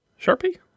Sharpie